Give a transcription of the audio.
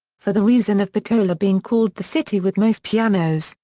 for the reason of bitola being called the city with most pianos,